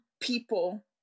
people